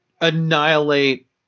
annihilate